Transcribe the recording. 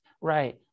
right